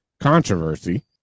controversy